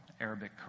Arabic